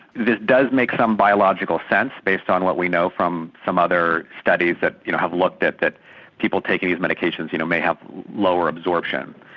does make some biological sense based on what we know from some other studies that you know have looked at that people taking these medications you know may have lower absorption.